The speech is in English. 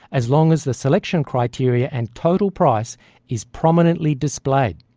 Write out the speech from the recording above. as long as the selection criteria and total price is prominently displayed.